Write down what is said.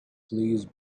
please